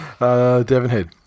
Devonhead